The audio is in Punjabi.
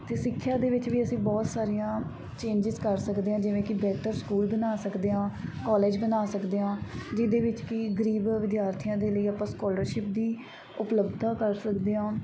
ਅਤੇ ਸਿੱਖਿਆ ਦੇ ਵਿੱਚ ਵੀ ਅਸੀਂ ਬਹੁਤ ਸਾਰੀਆਂ ਚੇਂਜਿਸ ਕਰ ਸਕਦੇ ਹਾਂ ਜਿਵੇਂ ਕਿ ਬਿਹਤਰ ਸਕੂਲ ਬਣਾ ਸਕਦੇ ਹਾਂ ਕੋਲਜ ਬਣਾ ਸਕਦੇ ਹਾਂ ਜਿਹਦੇ ਵਿੱਚ ਕੀ ਗਰੀਬ ਵਿਦਿਆਰਥੀਆਂ ਦੇ ਲਈ ਆਪਾਂ ਸਕੋਲਰਸ਼ਿਪ ਦੀ ਉਪਲੱਬਧਤਾ ਕਰ ਸਕਦੇ ਹਾਂ